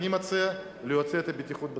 אני מציע להוציא את "בטיחות בדרכים".